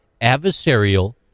adversarial